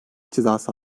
cezası